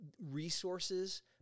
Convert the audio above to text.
resources